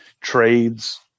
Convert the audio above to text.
trades